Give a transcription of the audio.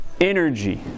energy